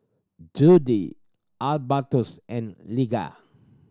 Judi Albertus and